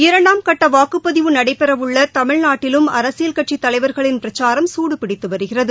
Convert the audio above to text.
இரண்டாம் கட்டவாக்குப்பதிவு நடைபெறவுள்ளதமிழ்நாட்டிலும் அரசியல் கட்சித் தலைவர்களின் பிரச்சாரம் குடுபிடித்துவருகிறது